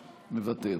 מוותר,